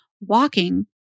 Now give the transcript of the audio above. walking